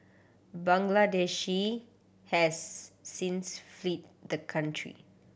Bangladeshi has since fled the country